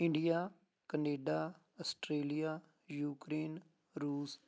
India Canada Australia Ukraine ਰੂਸ